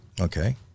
Okay